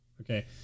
Okay